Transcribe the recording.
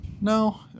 No